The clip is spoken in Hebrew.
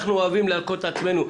אנחנו אוהבים להלקות את עצמנו.